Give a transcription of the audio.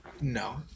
No